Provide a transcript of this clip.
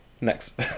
Next